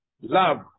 love